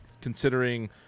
considering